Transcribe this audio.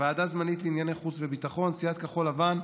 ועדה זמנית לענייני חוץ וביטחון: סיעת כחול לבן,